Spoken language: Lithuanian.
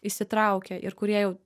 įsitraukia ir kurie jau